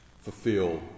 fulfill